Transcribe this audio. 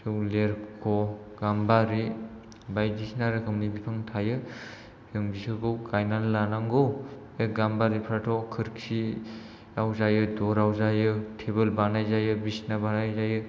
लेरख' गामबारि बायदिसिना रोखोमनि बिफां थायो जों बिसोरखौ गायनानै लानांगौ बे गामबारिफ्राथ' खोरखिआव जायो दराव जायो टेबोल बानाय जायो बिसिना बानाय जायो